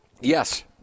Yes